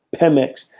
Pemex